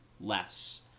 less